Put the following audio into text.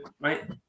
right